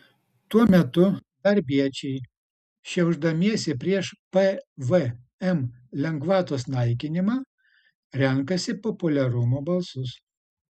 tuo metu darbiečiai šiaušdamiesi prieš pvm lengvatos naikinimą renkasi populiarumo balsus